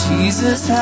Jesus